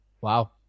Wow